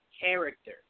character